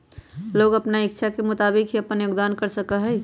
लोग अपन इच्छा के मुताबिक ही अपन योगदान कर सका हई